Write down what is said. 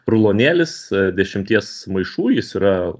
rulonėlis dešimties maišų jis yra